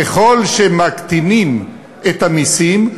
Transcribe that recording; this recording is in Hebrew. ככל שמקטינים את המסים,